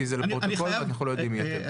כי זה לפרוטוקול ואנחנו לא יודעים מי אתם.